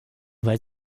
weil